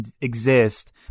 exist